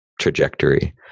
trajectory